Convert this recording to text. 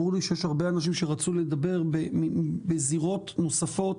ברור שיש הרבה אנשים שרצו לדבר בזירות נוספות.